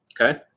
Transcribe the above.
Okay